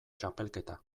txapelketa